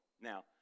Now